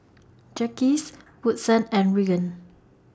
Jacques Woodson and Regan